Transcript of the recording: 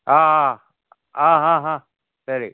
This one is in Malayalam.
ആ ആ ആ ആ ഹ ശരി